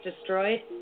destroyed